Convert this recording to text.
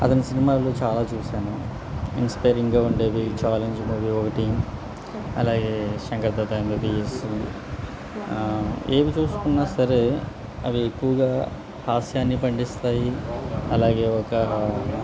అతని సినిమాలు చాలా చూసాను ఇన్స్పైరింగ్గా ఉండేవి చాలెంజ్ మూవీ ఒకటి అలాగే శంకర్ దాదా ఎంబిబిఎస్ ఏవి చూసుకున్నా సరే అవి ఎక్కువగా హాస్యాన్ని పండిస్తాయి అలాగే ఒక